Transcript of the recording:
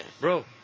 bro